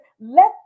let